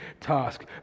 task